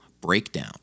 breakdown